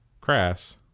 crass